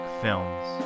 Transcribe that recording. films